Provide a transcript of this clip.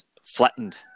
flattened